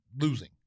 losing